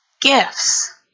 gifts